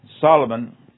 Solomon